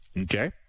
okay